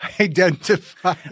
identify